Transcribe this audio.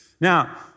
Now